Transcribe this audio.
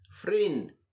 Friend